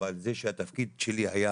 אבל זה שהתפקיד שלי היה